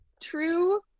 true